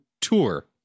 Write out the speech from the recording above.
tour